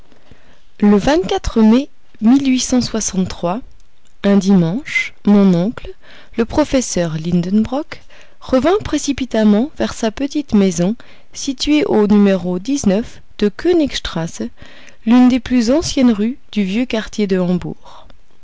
le mai un dimanche mon oncle le professeur lidenbrock revint précipitamment vers sa petite maison située au numéro de knig strasse l'une des plus anciennes rues du vieux quartier de hambourg